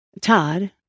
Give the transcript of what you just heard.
Todd